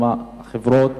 עם החברות,